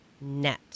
Net